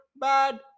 bad